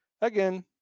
again